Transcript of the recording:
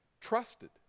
trusted